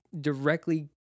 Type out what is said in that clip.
directly